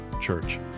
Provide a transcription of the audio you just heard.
church